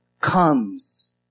comes